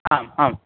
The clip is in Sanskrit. आम् आम्